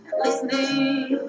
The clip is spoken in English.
listening